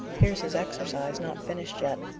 here's his exercise, not finished yet,